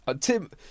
Tim